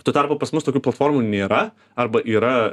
tuo tarpu pas mus tokių platformų nėra arba yra